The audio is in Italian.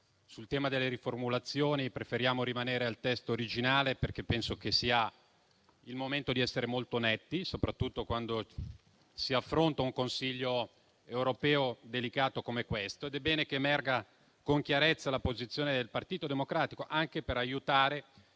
sul tema delle riformulazioni, preferiamo rimanere al testo originale, perché pensiamo sia il momento di essere molto netti, soprattutto quando si affronta un Consiglio europeo delicato come questo. Ed è bene che emerga con chiarezza la posizione del Partito Democratico, anche per aiutare